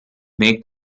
may